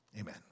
Amen